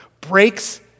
breaks